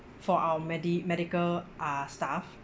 for our medi~ medical uh stuff